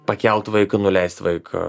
pakelt vaiką nuleist vaiką